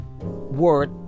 word